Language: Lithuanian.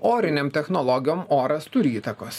orinėm technologijom oras turi įtakos